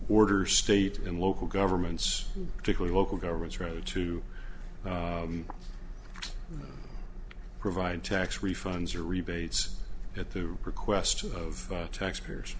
order state and local governments particularly local governments really to provide tax refunds or rebates at the request of taxpayers